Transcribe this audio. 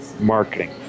Marketing